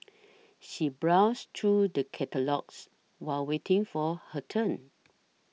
she browsed through the catalogues while waiting for her turn